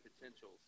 potential